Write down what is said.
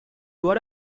what